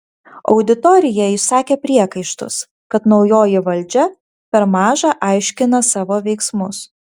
auditorija išsakė priekaištus kad naujoji valdžia per maža aiškina savo veiksmus